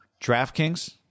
DraftKings